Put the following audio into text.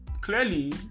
clearly